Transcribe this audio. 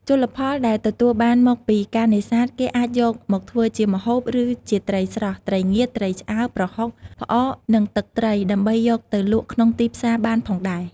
ជលផលដែលទទួលបានមកពីការនេសាទគេអាចយកមកធ្វើជាម្ហូប ឬជាត្រីស្រស់ ត្រីងៀត ត្រីឆ្អើរ ប្រហុក ផ្អក និងទឹកត្រី ដើម្បីយកទៅលក់ក្នុងទីផ្សារបានផងដែរ។